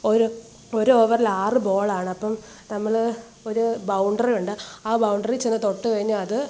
ഒരു ഒരു ഓവറിൽ ആറ് ബോളാണ് അപ്പോള് നമ്മള് ഒരു ബൗണ്ടറി ഉണ്ട് ആ ബൗണ്ടറി ചെന്ന് തൊട്ടു കഴിഞ്ഞാല് അത്